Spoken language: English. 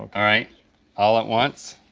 i mean all at once.